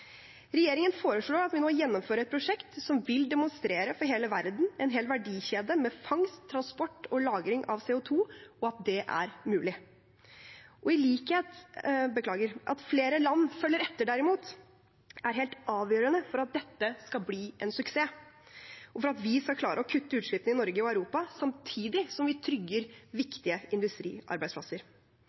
Regjeringen foreslår at vi nå gjennomfører et prosjekt som vil demonstrere for hele verden en hel verdikjede med fangst, transport og lagring av CO 2 , og at det er mulig. At flere land følger etter, er helt avgjørende for at dette skal bli en suksess, og for at vi skal klare å kutte utslippene i Norge og i Europa samtidig som vi trygger viktige industriarbeidsplasser.